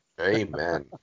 Amen